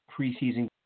preseason